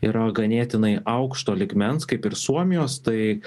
yra ganėtinai aukšto lygmens kaip ir suomijos tai